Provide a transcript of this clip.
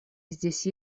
здесь